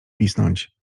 pisnąć